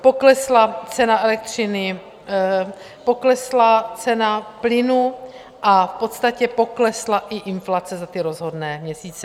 Poklesla cena elektřiny, poklesla cena plynu a v podstatě poklesla i inflace za rozhodné měsíce.